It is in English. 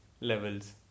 levels